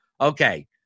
okay